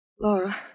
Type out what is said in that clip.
Laura